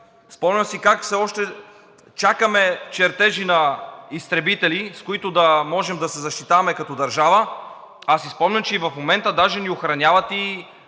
Спомням си как все още чакаме чертежи на изтребители, с които да можем да се защитаваме като държава. Спомням си, че и в момента даже ни охраняват